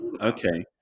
Okay